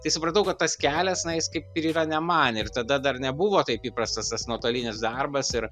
tai supratau kad tas kelias na jis kaip ir yra ne man ir tada dar nebuvo taip įprastas tas nuotolinis darbas ir